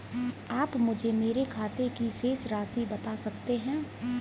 आप मुझे मेरे खाते की शेष राशि बता सकते हैं?